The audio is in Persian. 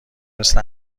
مثل